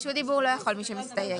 רשות דיבור לא יכול מי שמסתייג.